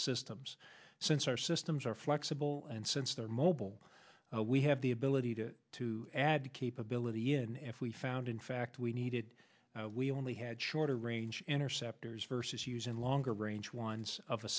systems since our systems are flexible and since they're mobile we have the ability to to add capability in f we found in fact we needed we only had shorter range interceptors versus using longer range ones of